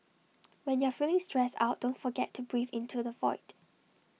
when you are feeling stressed out don't forget to breathe into the void